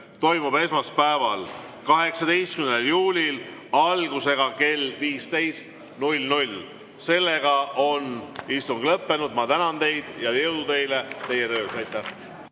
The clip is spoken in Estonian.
toimub esmaspäeval, 18. juulil algusega kell 15. Istung on lõppenud. Ma tänan teid ja jõudu teile teie töös. Aitäh!